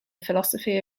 philosophy